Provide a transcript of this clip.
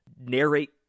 narrate